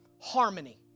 Harmony